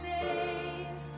days